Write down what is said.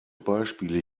beispiele